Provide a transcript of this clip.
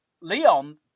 Leon